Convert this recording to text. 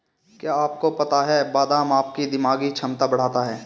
क्या आपको पता है बादाम आपकी दिमागी क्षमता बढ़ाता है?